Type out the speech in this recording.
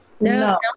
no